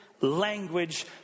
language